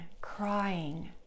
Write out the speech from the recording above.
crying